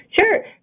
Sure